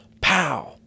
Pow